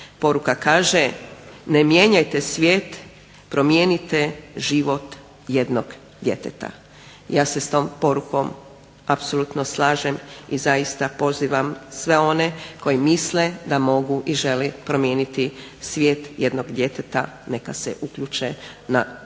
Poruka kaže: "Ne mijenjajte svijet, promijenite život jednog djeteta." Ja se s tom porukom apsolutno slažem i zaista pozivam sve one koji misle da mogu i žele promijeniti svijet jednog djeteta neka se uključe i